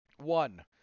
One